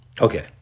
Okay